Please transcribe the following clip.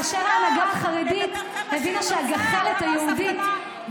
כאשר ההנהגה החרדית הבינה שהגחלת היהודית,